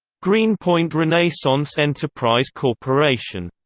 greenpoint renaissance enterprise corporation